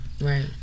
Right